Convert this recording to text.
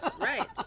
Right